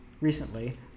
recently